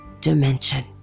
Dimension